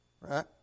right